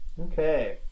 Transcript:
Okay